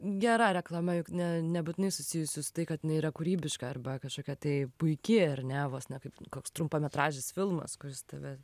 gera reklama juk ne nebūtinai susijusi su tai kad jinai yra kūrybiška arba kažkokia tai puiki ar ne vos ne kaip koks trumpametražis filmas kuris tave